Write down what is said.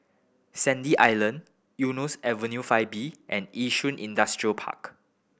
Sandy Island Eunos Avenue Five B and Yishun Industrial Park